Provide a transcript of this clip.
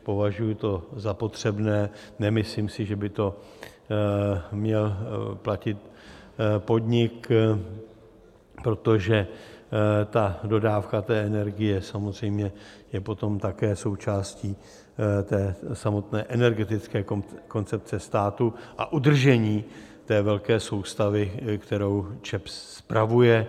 Považuji to za potřebné, nemyslím si, že by to měl platit podnik, protože dodávka energie samozřejmě je potom také součástí samotné energetické koncepce státu a udržení velké soustavy, kterou ČEPS spravuje.